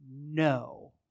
no